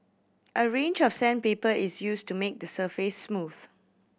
a range of sandpaper is used to make the surface smooth